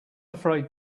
afraid